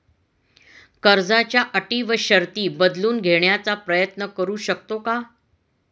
कर्जाच्या अटी व शर्ती बदलून घेण्याचा प्रयत्न करू शकतो का?